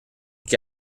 que